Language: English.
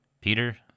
Peter